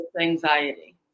anxiety